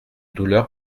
douleur